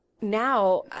now